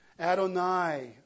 Adonai